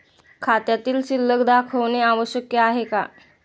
खात्यातील शिल्लक दाखवणे आवश्यक आहे का?